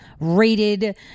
rated